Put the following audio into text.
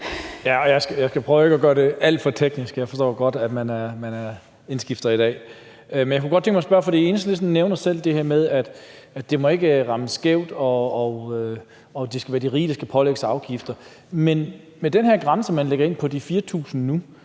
Jeg skal prøve ikke at gøre det alt for teknisk; jeg forstår godt, at man er indskiftet i dag. Men jeg kunne godt tænke mig at spørge om noget, for Enhedslisten nævner selv det her med, at det ikke må ramme skævt, og at det skal være de rige, der skal pålægges afgifter. Men med den her grænse, som man nu lægger ind, på de 4.000 kWh,